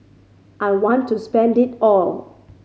I want to spend it all